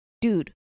dude